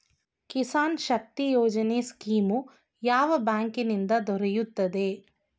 Kisan Shakti Yojana scheme ಯಾವ ಬ್ಯಾಂಕಿನಿಂದ ದೊರೆಯುತ್ತದೆ?